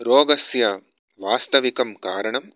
रोगस्य वास्तविकं कारणम्